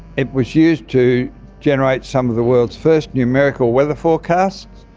it was used to generate some of the world's first numerical weather forecasts,